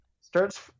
starts